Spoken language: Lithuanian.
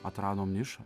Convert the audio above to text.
atradom nišą